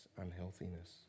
unhealthiness